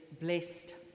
blessed